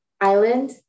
Island